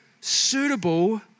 suitable